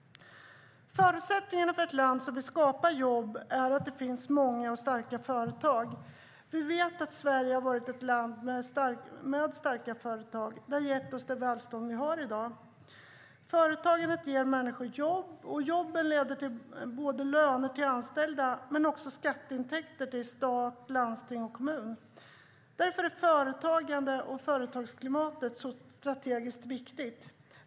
Förutsättningarna för ett land som vill skapa jobb är att det finns många och starka företag. Vi vet att Sverige har varit ett land med starka företag. Det har gett oss det välstånd vi har i dag. Företagandet ger människor jobb, och jobben leder till löner till anställda men också till skatteintäkter till stat, landsting och kommun. Därför är företagandet och företagsklimatet strategiskt viktigt.